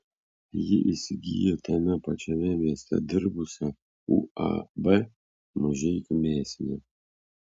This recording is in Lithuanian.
ji įsigijo tame pačiame mieste dirbusią uab mažeikių mėsinę